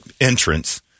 entrance